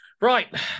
Right